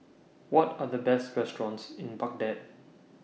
What Are The Best restaurants in Baghdad